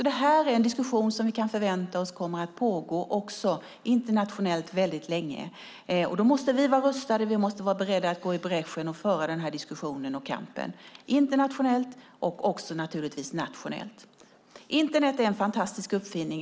Det är alltså en diskussion som förväntas pågå mycket länge internationellt, och då måste vi vara rustade, beredda att gå i bräschen och föra diskussionen och kampen. Det gäller internationellt och naturligtvis också nationellt. Internet är en fantastisk uppfinning.